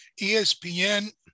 ESPN